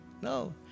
No